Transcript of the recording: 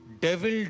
Devil